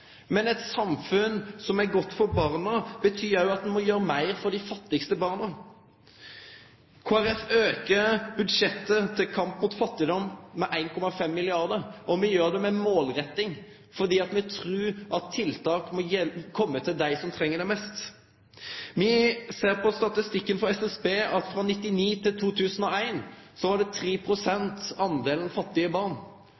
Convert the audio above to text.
Men eit samfunn som er godt for barna, betyr òg at ein må gjere meir for dei fattigaste barna. Kristeleg Folkeparti aukar budsjettet med 1,5 mrd. kr når det gjeld kampen mot fattigdom, og me gjer det med målretting, fordi me trur at tiltak må kome til dei som treng det mest. Me ser av statistikken frå SSB at det frå 1999 til 2001 var 3 pst. fattige barn. Frå 2006 til 2008 var det